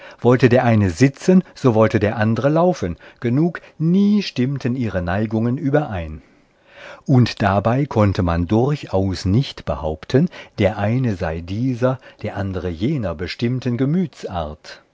wollte der eine sitzen so wollte der andere laufen genug nie stimmten ihre neigungen überein und dabei konnte man durchaus nicht behaupten der eine sei dieser der andere jener bestimmten